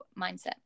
mindset